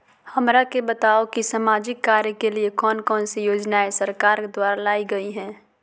हमरा के बताओ कि सामाजिक कार्य के लिए कौन कौन सी योजना सरकार द्वारा लाई गई है?